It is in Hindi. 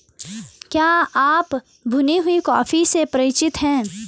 क्या आप भुनी हुई कॉफी से परिचित हैं?